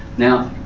now,